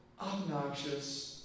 obnoxious